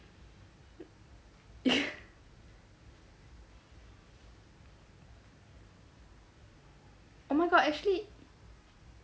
oh my god actually